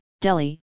Delhi